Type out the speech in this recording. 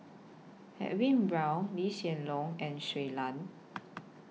Edwin Brown Lee Hsien Loong and Shui Lan